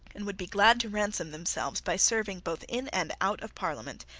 and would be glad to ransom themselves by serving, both in and out of parliament,